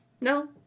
no